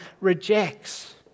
rejects